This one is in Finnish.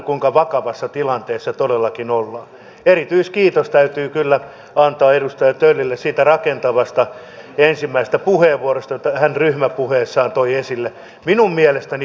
on erittäin hyvä että tämä määräraha jälleen turvataan mutta on asiallista myös että tämä ikävä perinne tämän määrärahan veivaamisesta saataisiin katkaistua